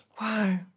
Wow